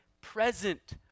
present